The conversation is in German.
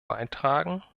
beitragen